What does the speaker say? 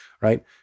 right